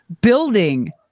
building